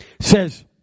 Says